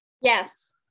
Yes